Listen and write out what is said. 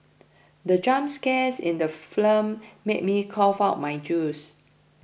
the jump scares in the made me cough out my juice